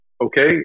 okay